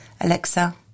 Alexa